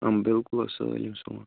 بلکل حظ سٲلِم سوٗن